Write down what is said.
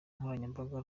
nkoranyambaga